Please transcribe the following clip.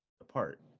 apart